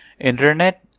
internet